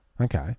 okay